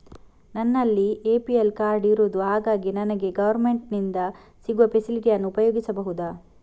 ನನ್ನಲ್ಲಿ APL card ಇರುದು ಹಾಗಾಗಿ ನನಗೆ ಗವರ್ನಮೆಂಟ್ ಇಂದ ಸಿಗುವ ಫೆಸಿಲಿಟಿ ಅನ್ನು ಉಪಯೋಗಿಸಬಹುದಾ?